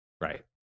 Right